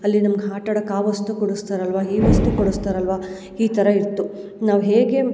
ಅಲ್ಲಿ ನಮ್ಗೆ ಆಟಾಡಕ್ ಆಗ್ವಷ್ಟು ಕೊಡಿಸ್ತಾರಲ್ವ ಹೇಳುವಷ್ಟು ಕೊಡಿಸ್ತಾರಲ್ವ ಈ ಥರ ಇರ್ತೆ ನಾವು ಹೇಗೆ